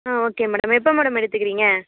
ஆ okay madam எப்போ madam எடுத்துக்கிறீங்க